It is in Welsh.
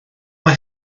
mae